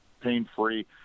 pain-free